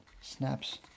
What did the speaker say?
snaps